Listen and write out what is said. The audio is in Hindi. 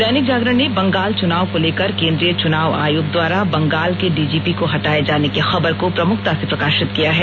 दैनिक जागरण ने बंगाल चुनाव को लेकर केंद्रीय चुनाव आयोग द्वारा बंगाल के डीजीपी को हटाये जाने की खबर को प्रमुखता से प्रकाशित किया है